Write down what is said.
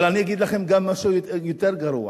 אבל אני אגיד לכם גם משהו יותר גרוע.